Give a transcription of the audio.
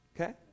Okay